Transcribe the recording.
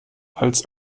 als